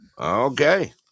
Okay